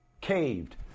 caved